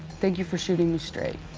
thank you for shooting me straight.